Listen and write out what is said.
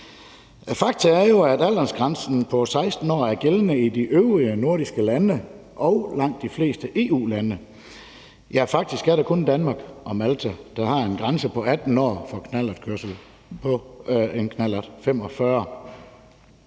Faktum er jo at aldersgrænsen på 16 år er gældende i de øvrige nordiske lande og i langt de fleste EU-lande. Faktisk er det kun Danmark og Malta, der har en grænse på 18 år for knallertkørsel på en knallert 45,